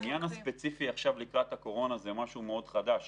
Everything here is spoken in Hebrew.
העניין הספציפי לקראת הקורונה הוא משהו חדש מאוד.